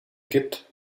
gibt